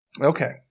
Okay